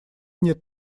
нет